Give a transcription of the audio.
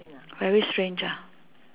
very strange ah